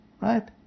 Right